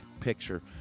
picture